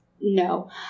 no